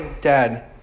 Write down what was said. Dad